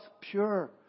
pure